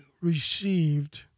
received